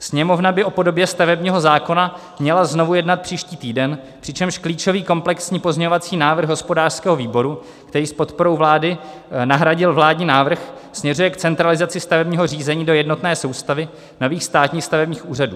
Sněmovna by o podobě stavebního zákona měla znovu jednat příští týden, přičemž klíčový komplexní pozměňovací návrh hospodářského výboru, který s podporou vlády nahradil vládní návrh, směřuje k centralizaci stavebního řízení do jednotné soustavy nových státních stavebních úřadů.